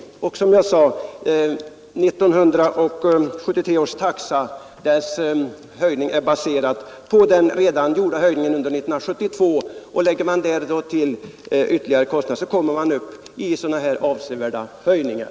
Och som sagt 1973 års taxehöjning är baserad på den redan gjorda höjningen under 1972. Lägger man därtill ytterligare kostnader kommer man upp i så här avsevärda höjningar.